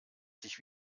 sich